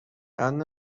قند